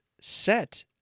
set